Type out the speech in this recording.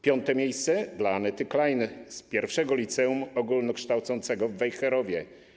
Piąte miejsce dla Anety Klein z I Liceum Ogólnokształcącego w Wejherowie.